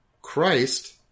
Christ